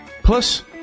Plus